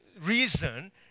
reason